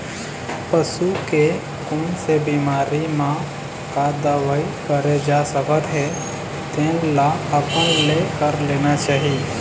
पसू के कोन से बिमारी म का दवई करे जा सकत हे तेन ल अपने ले कर लेना चाही